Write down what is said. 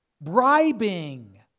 bribing